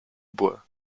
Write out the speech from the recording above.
bois